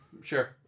Sure